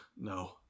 no